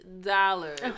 dollars